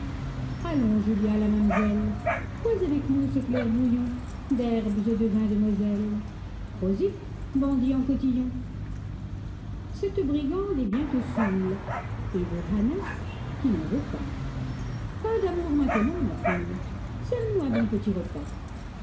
allons julia la mam'zelle bois avec nous ce clair bouillon d'herbes et de vin de moselle prosit bandit en cotillon cette brigande est bientôt soûle et veut hannes qui n'en veut pas pas d'amour maintenant ma poule sers nous un bon petit repas